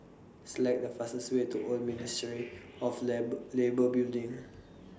Select The fastest Way to Old Ministry of Labour Building